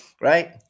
Right